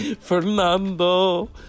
Fernando